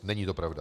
Není to pravda.